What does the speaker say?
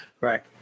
right